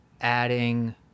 adding